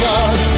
God